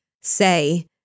say